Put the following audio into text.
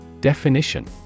Definition